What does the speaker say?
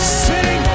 sing